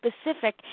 specific